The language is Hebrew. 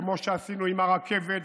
כמו שעשינו עם הרכבת,